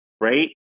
right